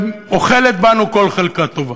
שאוכלת בנו כל חלקה טובה.